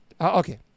Okay